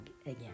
again